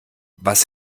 was